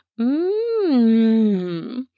Mmm